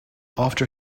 after